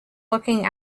looking